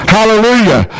Hallelujah